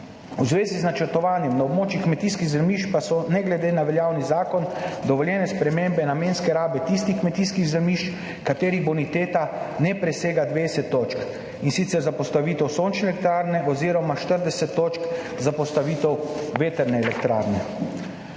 V zvezi z načrtovanjem na območju kmetijskih zemljišč pa so ne glede na veljavni zakon dovoljene spremembe namenske rabe tistih kmetijskih zemljišč, katerih boniteta ne presega 20 točk za postavitev sončne elektrarne oziroma 40 točk za postavitev vetrne elektrarne.